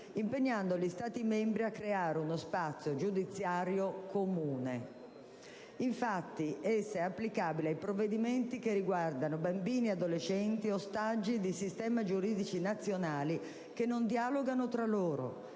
impegnando gli Stati membri a creare uno spazio giudiziario comune. Essa, infatti, è applicabile ai provvedimenti che riguardano bambini e adolescenti ostaggi di sistemi giuridici nazionali che non dialogano fra loro